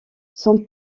son